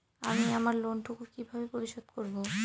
আমি আমার লোন টুকু কিভাবে পরিশোধ করব?